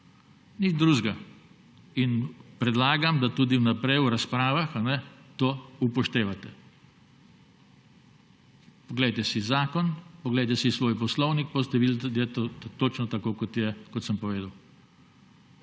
Nič drugega. Predlagam, da tudi vnaprej v razpravah to upoštevate. Poglejte si zakon, poglejte si svoj poslovnik pa boste videli, da je točno tako, kot sem povedal.